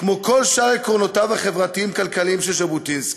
כמו כל שאר עקרונותיו החברתיים-כלכליים של ז'בוטינסקי.